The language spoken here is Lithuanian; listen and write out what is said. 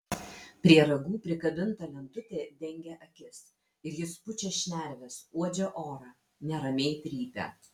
prie ragų prikabinta lentutė dengia akis ir jis pučia šnerves uodžia orą neramiai trypia